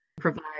provide